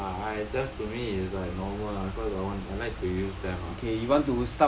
I don't know ah I just to me is like normal ah cause I want I like to use them ah